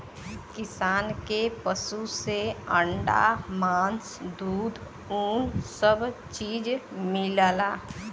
किसान के पसु से अंडा मास दूध उन सब चीज मिलला